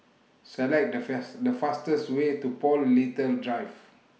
Select The fast The fastest Way to Paul Little Drive